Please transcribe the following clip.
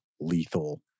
lethal